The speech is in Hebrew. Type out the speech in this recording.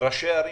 ראשי הערים